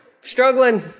struggling